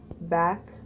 back